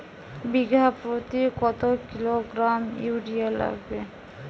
বিঘাপ্রতি কত kilogram urea লাগবে?